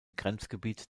grenzgebiet